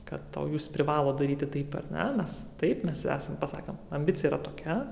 kad to jūs privalot daryti taip ar ne mes taip mes esam pasakę ambicija yra tokia